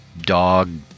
dog